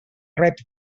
rep